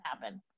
happen